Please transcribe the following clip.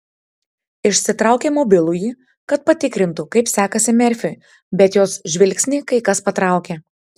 išsitraukė mobilųjį kad patikrintų kaip sekasi merfiui bet jos žvilgsnį kai kas patraukė